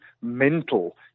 mental